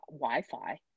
Wi-Fi